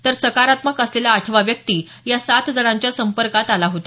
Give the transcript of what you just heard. तर सकारात्मक असलेला आठवा व्यक्ति या सात जणांच्या संपर्कात आला होता